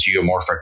geomorphic